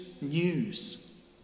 news